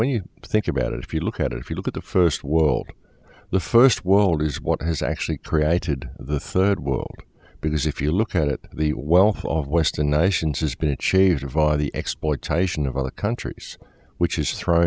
when you think about it if you look at it if you look at the first world the first world is what has actually created the third world because if you look at it the well of western nations has been achieved via the exploitation of other countries which is t